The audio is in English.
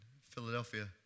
Philadelphia